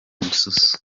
mususu